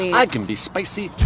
i can be spicy!